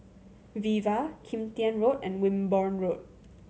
Viva Kim Tian Road and Wimborne Road